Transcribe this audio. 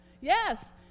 Yes